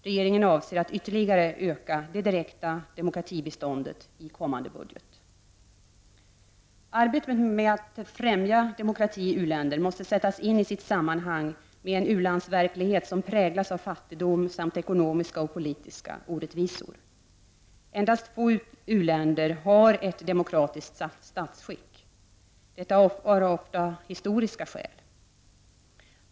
Regeringen avser att ytterligare öka det direkta demokratibiståndet i kommande budget. Arbetet med att främja demokrati i u-länder måste sättas in i sitt sammanhang med en ulandsverklighet som präglas av fattigdom samt ekonomiska och politiska orättvisor. Endast få uländer har ett demokratiskt statsskick. Detta har ofta historiska skäl.